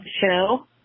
show